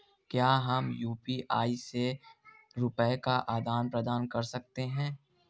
क्या हम यू.पी.आई से रुपये का आदान प्रदान कर सकते हैं?